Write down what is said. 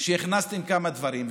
הכנסתם כמה דברים.